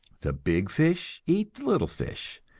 the big fish eat the little fish,